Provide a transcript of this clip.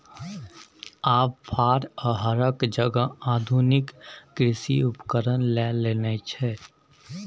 आब फार आ हरक जगह आधुनिक कृषि उपकरण लए लेने छै